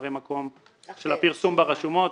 מראה מקום של הפרסום ברשומות.